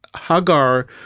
Hagar